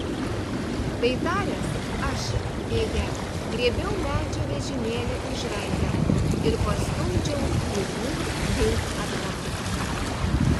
tai taręs aš deja griebiau mečio vežimėlį už rankenų ir pastumdžiau pirmyn bei atgal